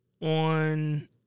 on